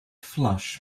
flush